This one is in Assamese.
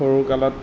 সৰু কালত